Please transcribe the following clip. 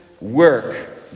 work